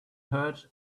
heard